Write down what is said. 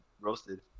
roasted